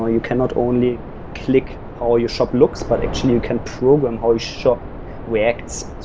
ah you cannot only click how ah your shop looks, but actually you can program how you shop reacts.